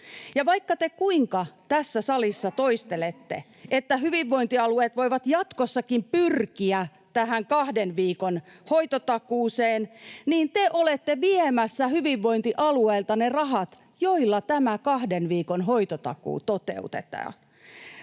Ja vaikka te kuinka tässä salissa toistelette, että hyvinvointialueet voivat jatkossakin pyrkiä tähän kahden viikon hoitotakuuseen, niin te olette viemässä hyvinvointialueilta ne rahat, joilla tämä kahden viikon hoitotakuu toteutetaan.